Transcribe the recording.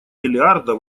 миллиарда